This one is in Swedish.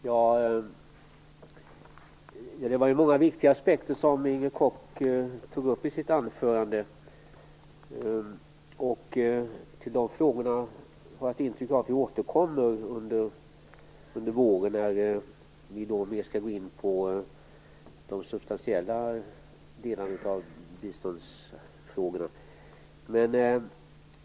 Herr talman! Det var många viktiga aspekter som Inger Koch tog upp i sitt anförande. Jag har ett intryck av att vi återkommer till de frågorna under våren, när vi mer skall gå in på de substantiella delarna av biståndet.